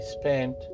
spent